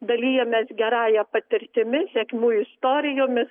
dalijamės gerąja patirtimi sėkmių istorijomis